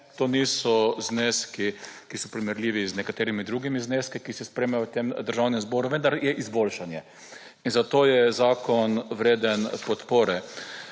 to niso zneski, ki so primerljivi z nekaterimi drugimi zneski, ki se sprejemajo v tem Državnem zboru, vendar je izboljšanje. Zato je zakon vreden podpore.